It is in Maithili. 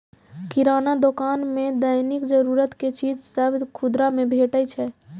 किराना दोकान मे दैनिक जरूरत के चीज सभ खुदरा मे भेटै छै